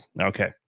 Okay